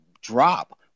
drop